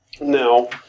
now